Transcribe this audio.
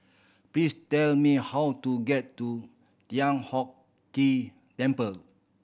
please tell me how to get to Thian Hock Temple